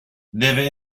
deve